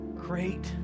great